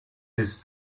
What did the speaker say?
his